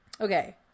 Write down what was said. Okay